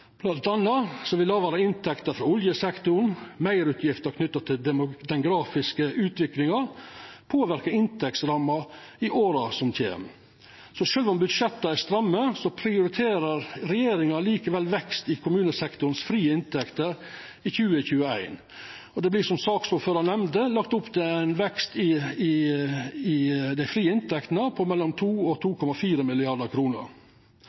inntekter frå oljesektoren og meirutgifter knytt til den demografiske utviklinga påverke inntektsramma i åra som kjem. Sjølv om budsjetta er stramme, prioriterer regjeringa likevel vekst i kommunesektoren sine frie inntekter i 2021. Det blir, som saksordføraren nemnde, lagt opp til ein vekst i dei frie inntektene på mellom 2 mrd. kr og